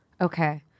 okay